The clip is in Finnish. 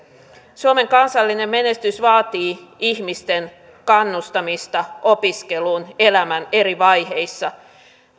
suomen kansallinen menestys vaatii ihmisten kannustamista opiskeluun elämän eri vaiheissa